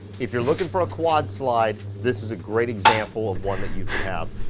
if you're looking for a quad slide, this is a great example of one that you could have.